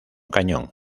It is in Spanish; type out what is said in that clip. cañón